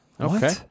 Okay